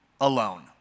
alone